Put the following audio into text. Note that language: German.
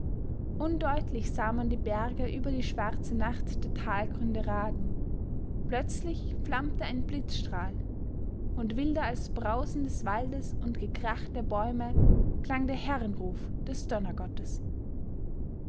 undeutlich sah man die berge über die schwarze nacht der talgründe ragen plötzlich flammte ein blitzstrahl und wilder als brausen des waldes und gekrach der bäume klang der herrenruf des